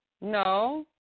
No